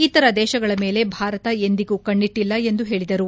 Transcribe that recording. ಇತರ ದೇಶಗಳ ಮೇಲೆ ಭಾರತ ಎಂದಿಗೂ ಕಣ್ಣಿಟ್ಟಿಲ್ಲ ಎಂದು ಹೇಳಿದರು